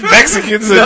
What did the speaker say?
Mexicans